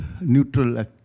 neutral